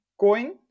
coin